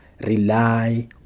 rely